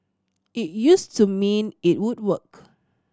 it used to mean it would work